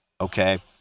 Okay